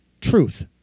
truth